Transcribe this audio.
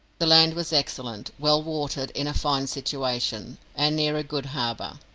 the land was excellent, well watered, in a fine situation, and near a good harbour.